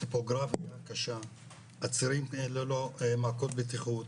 הטופוגרפיה קשה הצירים ללא מעקות בטיחות,